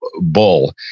bull